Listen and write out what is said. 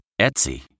Etsy